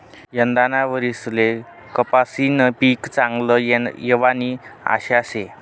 यंदाना वरीसले कपाशीनं पीक चांगलं येवानी आशा शे